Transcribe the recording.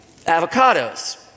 Avocados